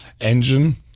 engine